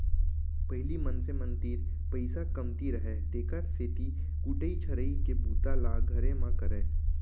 पहिली मनखे मन तीर पइसा कमती रहय तेकर सेती कुटई छरई के बूता ल घरे म करयँ